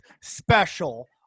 special